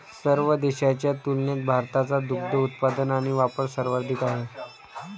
सर्व देशांच्या तुलनेत भारताचा दुग्ध उत्पादन आणि वापर सर्वाधिक आहे